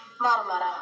Marmara